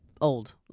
old